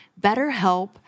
BetterHelp